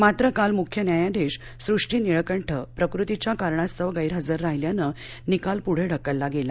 मात्र काल मुख्य न्यायाधीश सृष्टी निळकंठ प्रकृतीच्या कारणास्तव गैरहजर राहिल्याने निकाल पुढे ढकलला गेला